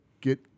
Get